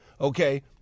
Okay